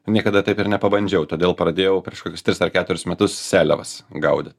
niekada taip ir nepabandžiau todėl pradėjau prieš kokius tris ar keturis metus seliavas gaudyt